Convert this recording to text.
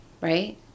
Right